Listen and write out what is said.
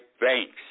banks